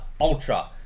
ultra